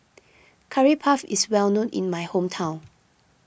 Curry Puff is well known in my hometown